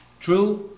True